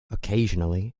occasionally